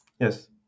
Yes